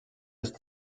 ist